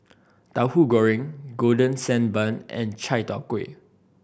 Tahu Goreng Golden Sand Bun and Chai Tow Kuay